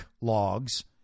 logs